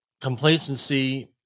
complacency